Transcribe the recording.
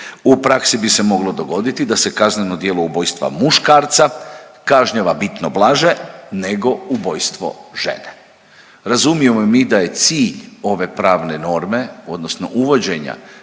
U praksi bi se moglo dogoditi da se kazneno djelo ubojstva muškarca kažnjava bitno blaže nego ubojstvo žene. Razumijemo i mi da je cilj ove pravne norme odnosno uvođenja